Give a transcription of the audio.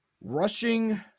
rushing